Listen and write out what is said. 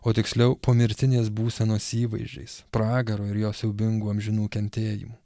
o tiksliau pomirtinės būsenos įvaizdžiais pragaro ir jo siaubingų amžinų kentėjimų